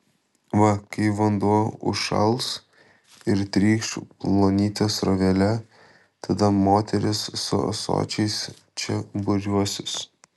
va kai vanduo užšals ir trykš plonyte srovele tada moterys su ąsočiais čia būriuosis